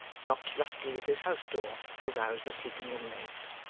knocked lustily at his house-door to rouse the sleeping inmates.